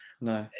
No